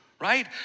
right